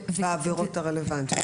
והעבירות הרלוונטיות.